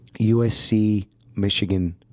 USC-Michigan